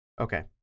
Okay